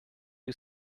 you